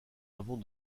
avons